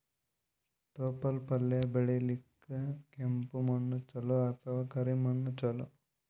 ತೊಪ್ಲಪಲ್ಯ ಬೆಳೆಯಲಿಕ ಕೆಂಪು ಮಣ್ಣು ಚಲೋ ಅಥವ ಕರಿ ಮಣ್ಣು ಚಲೋ?